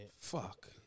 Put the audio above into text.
Fuck